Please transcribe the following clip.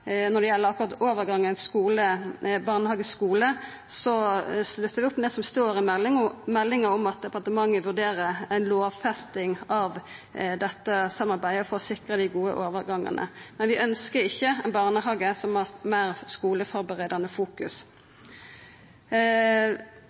når det gjeld akkurat overgangen barnehage–skule, sluttar vi opp om det som står i meldinga om at departementet vurderer ei lovfesting av dette samarbeidet for å sikra dei gode overgangane. Men vi ønskjer ikkje ein barnehage som legg meir vekt på å vera skuleførebuande. Vi har